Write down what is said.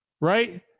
right